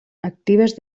actives